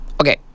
Okay